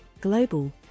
global